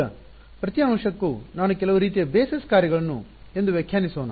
ಈಗ ಪ್ರತಿ ಅಂಶಕ್ಕೂ ನಾನು ಕೆಲವು ರೀತಿಯ ಬೇಸಸ್ ಕಾರ್ಯಗಳನ್ನು ಎಂದು ವ್ಯಾಖ್ಯಾನಿಸೋನ